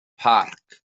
parc